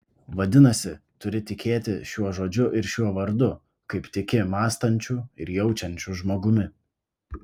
vadinasi turi tikėti šiuo žodžiu ir šiuo vardu kaip tiki mąstančiu ir jaučiančiu žmogumi